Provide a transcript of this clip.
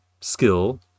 skill